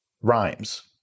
rhymes